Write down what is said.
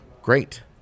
great